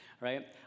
right